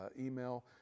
email